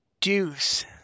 Deuce